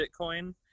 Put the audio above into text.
bitcoin